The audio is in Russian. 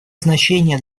значение